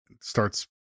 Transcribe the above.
starts